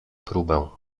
próbę